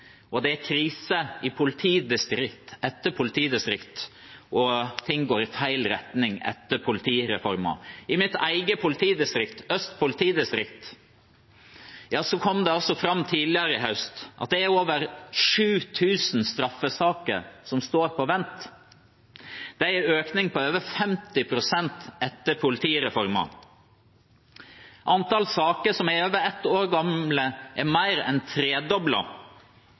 og det er krise i politidistrikt etter politidistrikt, ting går i feil retning etter politireformen. I mitt eget politidistrikt, Øst politidistrikt, kom det fram tidligere i høst at det er over 7 000 straffesaker som står på vent. Det er en økning på over 50 pst. etter politireformen. Antallet saker som er over et år gamle, er mer enn